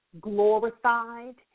glorified